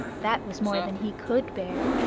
that was more than he could bear.